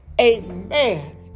Amen